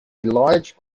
large